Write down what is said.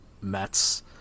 mets